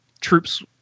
troops